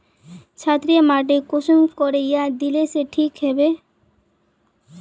क्षारीय माटी कुंसम करे या दिले से ठीक हैबे?